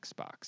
Xbox